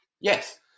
Yes